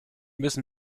müssen